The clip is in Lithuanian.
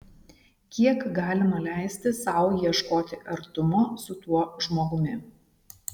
kiek galima leisti sau ieškoti artumo su tuo žmogumi